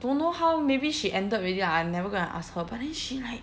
don't know how maybe she ended already lah I never go and ask her but then she like